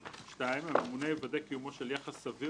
(2) הממונה יוודא קיומו של יחס סביר